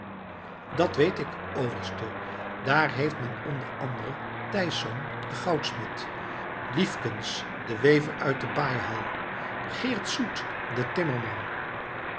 dat weet ik overste daar heeft men onder anderen thijsz den goudsmid liefkens den wever uit de baaihal geert soet den timmerman